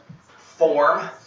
form